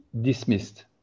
dismissed